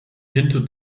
hinter